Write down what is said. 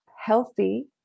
healthy